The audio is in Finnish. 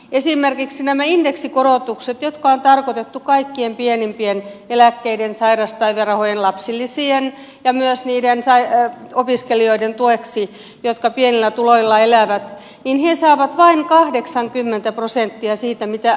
esimerkiksi nämä indeksikorotukset jotka on tarkoitettu kaikkien pienimpiä eläkkeitä sairauspäivärahoja lapsilisiä saavien tueksi ja myös niiden opiskelijoiden tueksi jotka pienillä tuloilla elävät die saavat vain kahdeksankymmentä prosenttia siitä mitä